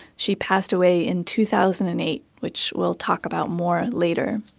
she passed away in two thousand and eight which we'll talk about more later.